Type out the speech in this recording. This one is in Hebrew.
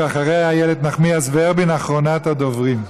ואחריה, איילת נחמיאס ורבין, אחרונת הדוברים.